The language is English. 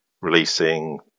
releasing